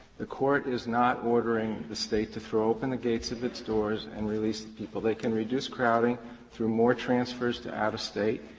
the court is not ordering the state to throw open the gates of its doors and release people. they can reduce crowding through more transfers to out of state.